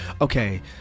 okay